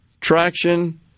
traction